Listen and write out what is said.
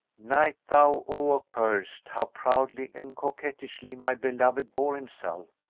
night thou, o accursed, how proudly and coquettishly my beloved bore himself,